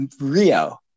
Rio